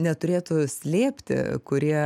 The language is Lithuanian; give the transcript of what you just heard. neturėtų slėpti kurie